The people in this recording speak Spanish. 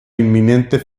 inminente